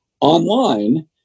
online